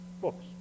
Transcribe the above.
books